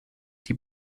die